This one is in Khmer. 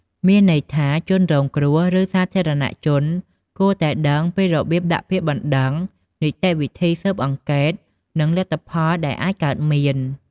មានន័យថា ជនរងគ្រោះ ឬសាធារណជនគួរតែដឹងពីរបៀបដាក់ពាក្យបណ្តឹង នីតិវិធីស៊ើបអង្កេត និងលទ្ធផលដែលអាចកើតមាន។